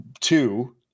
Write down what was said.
two